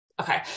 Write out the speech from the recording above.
Okay